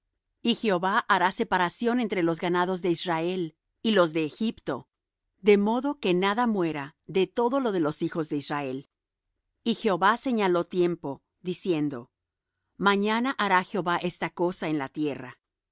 y jehová hará separación entre los ganados de israel y los de egipto de modo que nada muera de todo lo de los hijos de israel y jehová señaló tiempo diciendo mañana hará jehová esta cosa en la tierra y